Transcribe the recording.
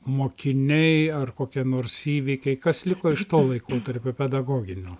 mokiniai ar kokie nors įvykiai kas liko iš to laikotarpio pedagoginio